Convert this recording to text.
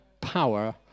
power